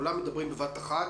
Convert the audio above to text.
כולם מדברים בבת אחת.